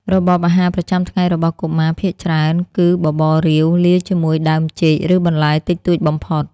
របបអាហារប្រចាំថ្ងៃរបស់កុមារភាគច្រើនគឺបបររាវ លាយជាមួយដើមចេក ឬបន្លែតិចតួចបំផុត។